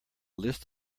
list